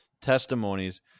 testimonies